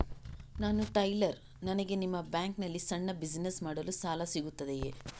ನಾನು ಟೈಲರ್, ನನಗೆ ನಿಮ್ಮ ಬ್ಯಾಂಕ್ ನಲ್ಲಿ ಸಣ್ಣ ಬಿಸಿನೆಸ್ ಮಾಡಲು ಸಾಲ ಸಿಗುತ್ತದೆಯೇ?